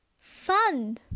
Fun